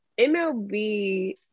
MLB